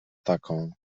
taką